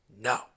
No